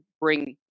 bring